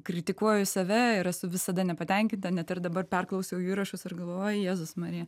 kritikuoju save ir esu visada nepatenkinta net ir dabar perklausiau įrašus ir galvoju o jėzus marija